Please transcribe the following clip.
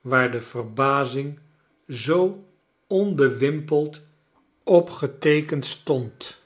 waar de verbazing zoo onbewimpeld op geteekend stond